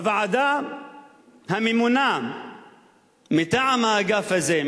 הוועדה הממונה מטעם האגף הזה,